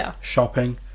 shopping